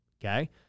Okay